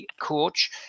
coach